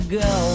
go